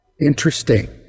Interesting